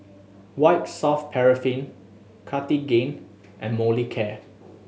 White Soft Paraffin Cartigain and Molicare